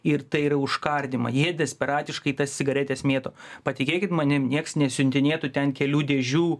ir tai yra užkardymai jie desperatiškai tas cigaretes mėto patikėkit manim nieks nesiuntinėtų ten kelių dėžių